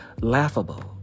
laughable